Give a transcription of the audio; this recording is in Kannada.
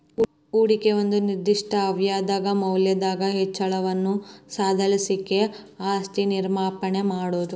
ಹೂಡಿಕಿ ಒಂದ ನಿರ್ದಿಷ್ಟ ಅವಧ್ಯಾಗ್ ಮೌಲ್ಯದಾಗ್ ಹೆಚ್ಚಳವನ್ನ ಸಾಧಿಸ್ಲಿಕ್ಕೆ ಆಸ್ತಿ ಸಮರ್ಪಣೆ ಮಾಡೊದು